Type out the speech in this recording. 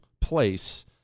place